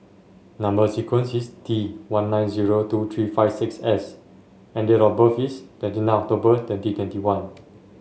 number sequence is T one nine zero two three five six S and date of birth is twenty nine October twenty twenty one